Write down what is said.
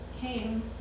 came